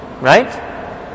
right